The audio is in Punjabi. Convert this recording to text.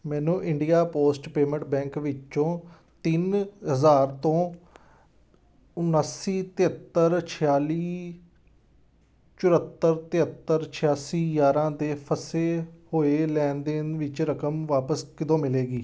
ਮੈਨੂੰ ਇੰਡੀਆ ਪੋਸਟ ਪੇਮੈਂਟ ਬੈਂਕ ਵਿੱਚੋਂ ਤਿੰਨ ਹਜ਼ਾਰ ਤੋਂ ਉਨਾਸੀ ਤਿਹੱਤਰ ਛਿਆਲੀ ਚੁਹੱਤਰ ਤਿਹੱਤਰ ਛਿਆਸੀ ਗਿਆਰਾਂ 'ਤੇ ਫਸੇ ਹੋਏ ਲੈਣ ਦੇਣ ਵਿੱਚ ਰਕਮ ਵਾਪਸ ਕਦੋਂ ਮਿਲੇਗੀ